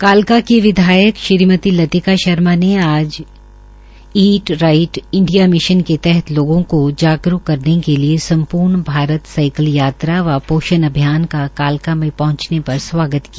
कालका की विधायक श्रीमति लतिका शर्मा ने आज ईट राईट इंडिया मिशन के तहत लोगों को जागरूक करने के लिए सम्पूर्ण भारत साईकिल यात्रा व पोषण अभियान का कालका में पंहचने पर स्वागत किया